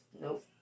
Nope